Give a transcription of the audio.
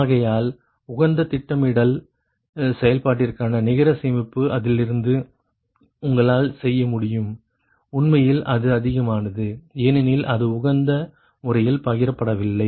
ஆகையால் உகந்த திட்டமிடல் செயல்பாட்டிற்கான நிகர சேமிப்பு அதிலிருந்து உங்களால் செய்ய முடியும் உண்மையில் இது அதிகமானது ஏனெனில் இது உகந்த முறையில் பகிரப்படவில்லை